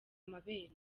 amabere